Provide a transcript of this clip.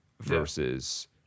versus